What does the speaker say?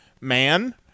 man